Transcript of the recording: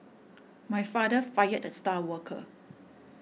my father fired the star worker